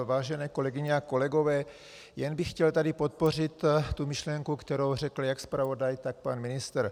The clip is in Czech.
Vážené kolegyně a kolegové, jen bych chtěl tady podpořit tu myšlenku, kterou řekl jak zpravodaj, tak pan ministr.